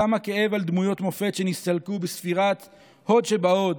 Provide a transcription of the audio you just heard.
כמה כאב על דמויות מופת שנסתלקו בספירת הוד שבהוד,